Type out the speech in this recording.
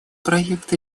проект